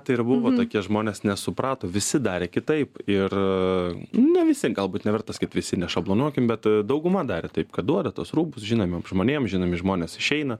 tai ir buvo tokie žmonės nesuprato visi darė kitaip ir ne visi galbūt nevertas kaip visi nešablonuokim bet dauguma darė taip kad duoda tuos rūbus žinomiem žmonėm žinomi žmonės išeina